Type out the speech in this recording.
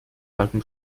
lagen